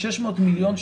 משה ארבל,